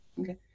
Okay